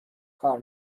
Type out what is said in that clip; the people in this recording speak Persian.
کار